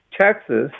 Texas